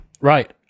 right